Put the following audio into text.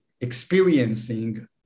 experiencing